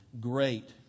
great